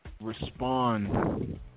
respond